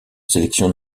sélection